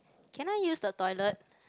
can I use the toilet